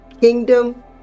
Kingdom